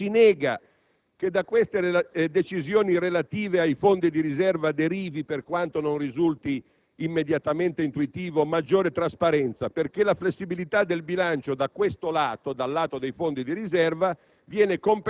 Non si nega che da queste decisioni relative ai fondi di riserva derivi (per quanto non risulti immediatamente intuitivo) maggiore trasparenza, perché la flessibilità del bilancio da questo lato - dal lato dei fondi di riserva